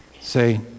Say